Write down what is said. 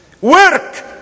work